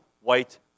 white